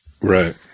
Right